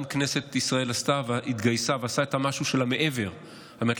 גם כנסת ישראל התגייסה ועשתה את המשהו של המעבר על מנת